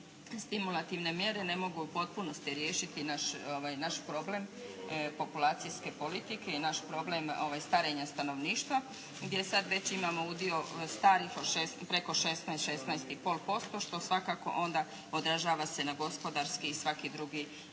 stimulativne mjere ne mogu u potpunosti riješiti naš problem populacijske politike i naš problem starenja stanovništva gdje sad već imamo udio starih preko 16, 16,5% što svakako onda odražava se na gospodarski i svaki drugi